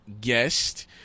guest